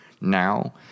now